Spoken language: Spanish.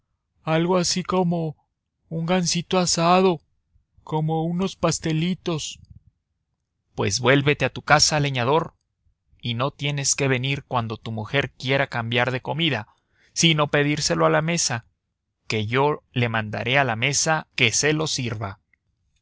algo ligero así como un gansito asado así como unos pastelitos pues vuélvete a tu casa leñador y no tienes que venir cuando tu mujer quiera cambiar de comida sino pedírselo a la mesa que yo le mandaré a la mesa que se lo sirva